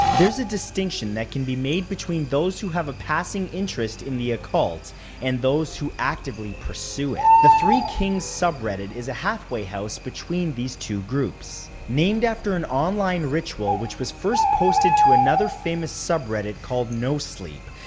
there's a distinction that can be made between those who have a passing interest in the occult and those who actively pursue it. the three kings subreddit is a halfway house between these two groups. named after an online ritual which was first posted to another famous subreddit called no sleep,